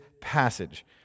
passage